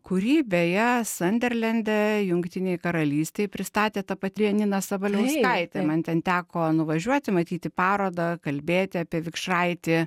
kurį beje sanderlende jungtinėj karalystėj pristatė ta pati janina sabaliauskaitė man ten teko nuvažiuoti matyti parodą kalbėti apie vikšraitį